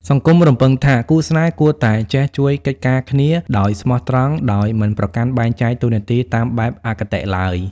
សង្គមរំពឹងថា គូស្នេហ៍គួរតែ "ចេះជួយកិច្ចការគ្នា" ដោយស្មោះត្រង់ ដោយមិនប្រកាន់បែងចែកតួនាទីតាមបែបអគតិឡើយ។